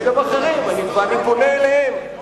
יש גם אחרים, ואני פונה אליהם.